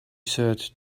said